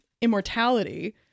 immortality